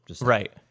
Right